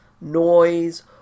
noise